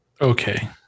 Okay